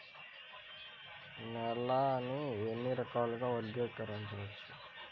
నేలని ఎన్ని రకాలుగా వర్గీకరించవచ్చు?